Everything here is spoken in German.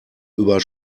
über